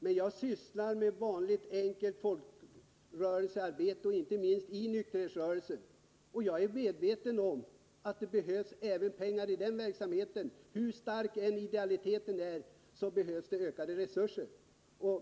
Men jag sysslar med vanligt enkelt folkrörelsearbete, inte minst i nykterhetsrörelsen, och jag är medveten om att det behövs även pengar i den verksamheten. Hur stark idealiteten än är behövs det ökade resurser.